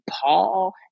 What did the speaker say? Paul